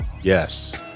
yes